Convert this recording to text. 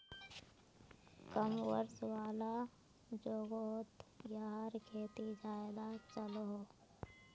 कम वर्षा वाला जोगोहोत याहार खेती ज्यादा चलोहो